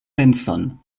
penson